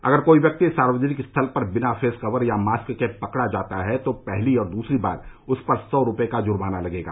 अगर कोई व्यक्ति सार्वजनिक स्थल पर बिना फेस कवर या मास्क के पकड़ा जाता है तो पहली और दूसरी बार उस पर सौ रूपये का जुर्माना लगेगा